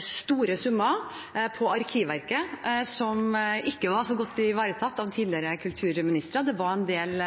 store summer på Arkivverket, som ikke var så godt ivaretatt av tidligere kulturministre. Det var en del